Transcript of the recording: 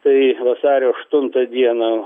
tai vasario aštuntą dieną